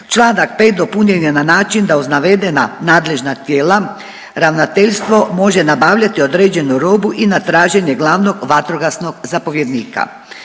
Članak 5. dopunjen je na način da uz navedena nadležna tijela ravnateljstvo može nabavljati određenu robu i na traženje glavnog vatrogasnog zapovjednika.